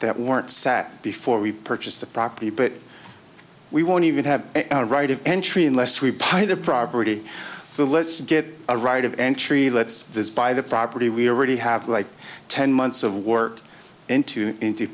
that weren't set before we purchased the property but we won't even have a right of entry unless we pay the property so let's get a right of entry let's this by the property we already have like ten months of work into i